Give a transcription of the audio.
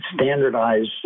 standardized